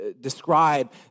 describe